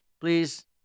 please